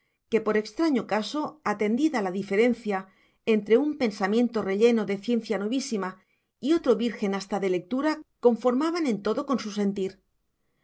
que por extraño caso atendida la diferencia entre un pensamiento relleno de ciencia novísima y otro virgen hasta de lectura conformaban en todo con su sentir